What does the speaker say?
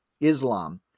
Islam